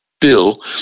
Bill